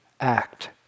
act